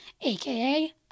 aka